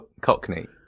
Cockney